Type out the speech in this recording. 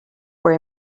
were